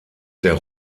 der